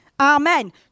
Amen